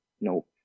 nope